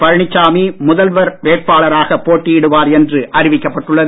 பழனிசாமி முதல்வர் வேட்பாளராக போட்டியிடுவார் என்று அறிவிக்கப்பட்டுள்ளது